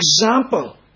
example